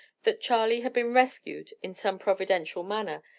that charley had been rescued in some providential manner,